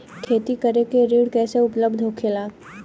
खेती करे के ऋण कैसे उपलब्ध होखेला?